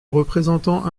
représentants